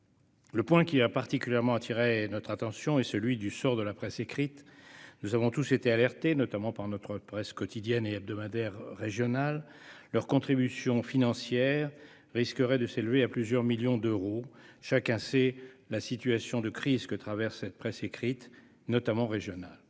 Le point qui a particulièrement attiré mon attention est celui du sort de la presse écrite. Nous avons tous été alertés, notamment par notre presse quotidienne et hebdomadaire régionale. Leur contribution financière s'élèverait à plusieurs millions d'euros. Chacun sait la situation de crise que traverse cette presse écrite, notamment régionale.